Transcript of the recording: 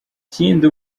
ikindi